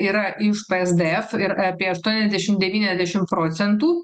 yra iš psdf ir apie aštuoniasdešim devyniasdešim procentų